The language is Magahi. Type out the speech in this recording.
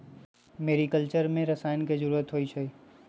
मेरिकलचर में रसायन के जरूरत होई छई